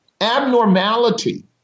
abnormality